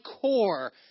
core